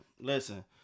Listen